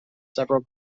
several